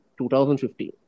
2015